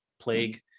Plague